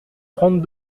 trente